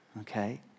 Okay